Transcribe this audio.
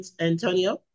Antonio